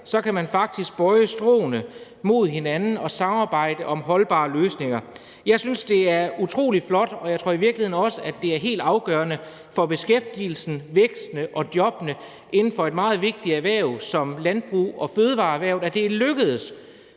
kan man faktisk bøje stråene mod hinanden og samarbejde om holdbare løsninger. Jeg synes, det er utrolig flot – og jeg tror i virkeligheden også, at det er helt afgørende for beskæftigelsen, væksten og jobbene inden for et meget vigtigt erhverv som landbrugs- og fødevareerhvervet – at det er lykkedes